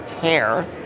care